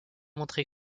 montré